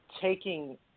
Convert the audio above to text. taking